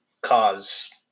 cause